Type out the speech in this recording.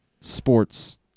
sports